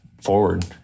forward